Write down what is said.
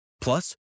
Plus